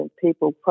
people